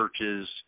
churches